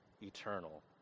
eternal